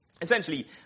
Essentially